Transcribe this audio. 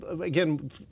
again